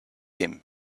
him